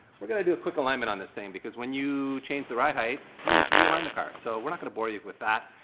we're gonna do a quick alignment on this thing because when you change the ride height, you need to realign the car. so we're not gonna bore you with that.